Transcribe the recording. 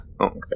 Okay